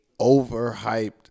overhyped